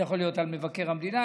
זה יכול להיות מבקר המדינה,